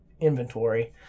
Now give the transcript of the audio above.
inventory